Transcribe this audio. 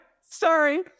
Sorry